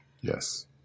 Yes